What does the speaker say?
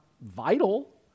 vital